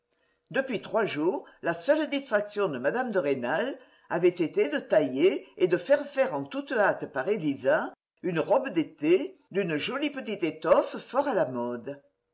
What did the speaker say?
depuis trois jours la seule distraction de mme de rênal avait été de tailler et de faire faire en toute hâte par élisa une robe d'été d'une jolie petite étoffe fort à la mode